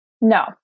No